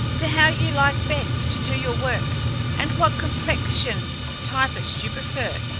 to how you like best to do your work and what complexioned typist you prefer.